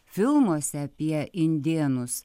filmuose apie indėnus